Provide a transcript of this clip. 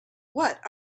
what